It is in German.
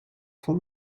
von